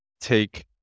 take